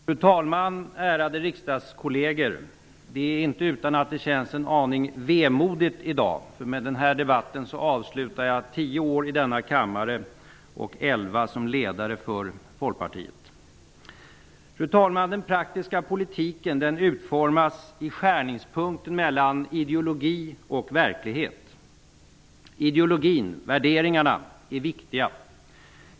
Fru talman! Ärade riksdagskolleger! Det är inte utan att det känns litet vemodigt i dag. Med den här debatten avslutar jag tio år i denna kammare och elva år som ledare för Folkpartiet. Fru talman! Den praktiska politiken utformas i skärningspunkten mellan ideologin och verkligheten. Ideologin, värderingarna, är viktig.